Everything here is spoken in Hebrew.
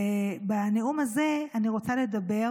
בנאום הזה אני רוצה לדבר